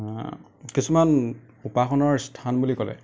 কিছুমান উপাসনাৰ স্থান বুলি ক'লে